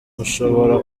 mushobora